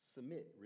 Submit